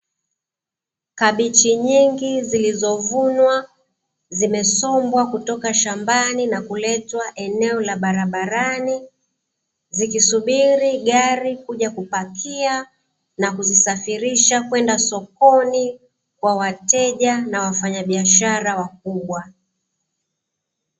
Kabichi nyingi zilizovunwa zimesombwa kutoka shambani na kuletwa eneo la barabarani, zikisubiri gari kuja kupakia nakuzisafirisha kwenda sokoni kwa wateja na wafanyabiashara wakubwa.